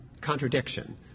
contradiction